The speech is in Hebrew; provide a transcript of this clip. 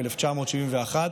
1971,